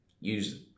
use